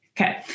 Okay